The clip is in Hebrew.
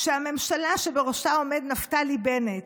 שהממשלה שבראשה עומד נפתלי בנט,